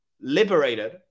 liberated